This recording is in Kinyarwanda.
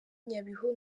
nyabihu